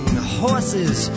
horses